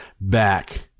back